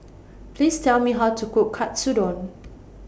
Please Tell Me How to Cook Katsudon